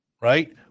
right